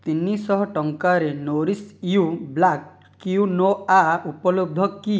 ତିନିଶହ ଟଙ୍କାରେ Nourish you black quinoa puff ଉପଲବ୍ଧ କି